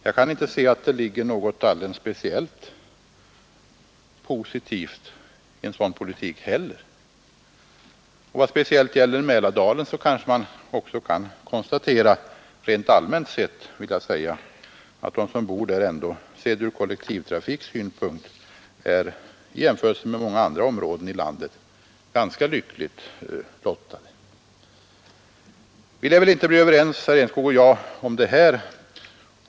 Jag kan inte se att det ligger något speciellt positivt i en sådan politik. Vad gäller Mälardalen kanske man dessutom rent allmänt kan konstatera att de som bor där är ganska lyckligt lottade ur kollektivtrafiksynpunkt i jämförelse med många andra områden i landet. Herr Enskog och jag lär väl inte bli överens om detta.